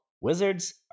Wizards